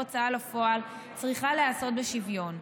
הוצאה לפועל צריכה להיעשות בשוויון.